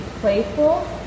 playful